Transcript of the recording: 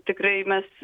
tikrai mes